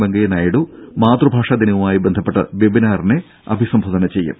വെങ്കയ്യനായിഡു മാതൃഭാഷാ ദിനവുമായി ബന്ധപ്പെട്ട വെബിനാറിനെ അഭിസംബോധന ചെയ്യും